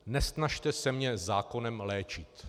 Nesnažte se mě zákonem léčit!